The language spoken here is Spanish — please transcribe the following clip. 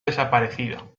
desaparecido